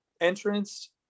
entrance